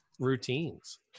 routines